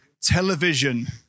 television